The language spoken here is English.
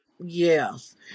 Yes